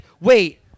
wait